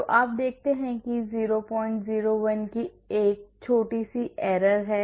तो आप देखते हैं कि 001 की एक छोटी सी त्रुटि है